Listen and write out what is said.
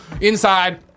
Inside